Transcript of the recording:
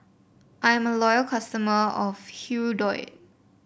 I am a loyal customer of Hirudoid